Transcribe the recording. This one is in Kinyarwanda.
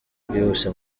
bwihuse